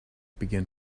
began